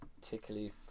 particularly